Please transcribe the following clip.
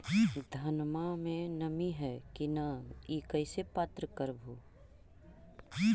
धनमा मे नमी है की न ई कैसे पात्र कर हू?